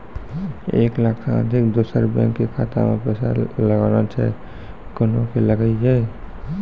एक लाख से अधिक दोसर बैंक के खाता मे पैसा लगाना छै कोना के लगाए?